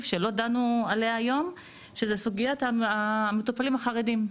שלא דנו בה היום והיא המטופלים החרדים.